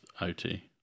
OT